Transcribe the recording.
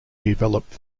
developed